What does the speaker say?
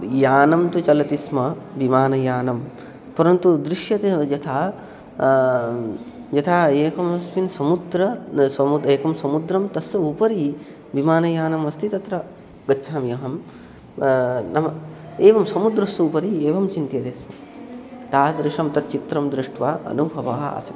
यानं तु चलति स्म विमानयानं परन्तु दृश्यते यथा यथा एकमस्मिन् समुद्रे समुद्रे एकं समुद्रं तस्य उपरि विमानयानम् अस्ति तत्र गच्छामि अहं नाम एवं समुद्रस्य उपरि एवं चिन्त्यते स्म तादृशं तच्चित्रं दृष्ट्वा अनुभवः आसीत्